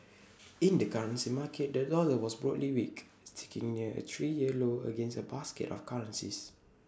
in the currency market the dollar was broadly weak sticking near A three year low against A basket of currencies